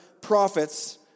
prophets